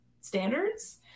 standards